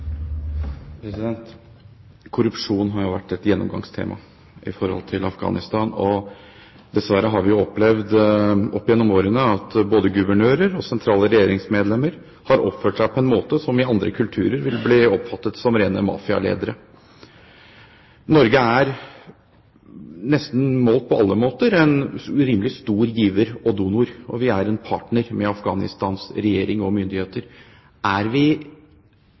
Korrupsjon har jo vært et gjennomgangstema i forhold til Afghanistan. Dessverre har vi jo opplevd opp gjennom årene at både guvernører og sentrale regjeringsmedlemmer har oppført seg på en måte som i andre kulturer ville bli oppfattet som at man var rene mafialedere. Norge er, nesten målt på alle måter, en rimelig stor giver og donor, og vi er partner med Afghanistans regjering og myndigheter. Er vi